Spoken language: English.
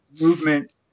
movement